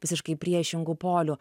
visiškai priešingų polių